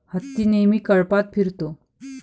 हत्ती नेहमी कळपात फिरतो